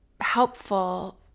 helpful